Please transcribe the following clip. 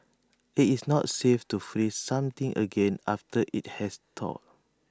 IT is not safe to freeze something again after IT has thawed